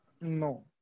No